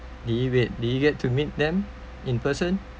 david did you get to meet them in person